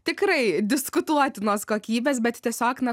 tikrai diskutuotinos kokybės bet tiesiog na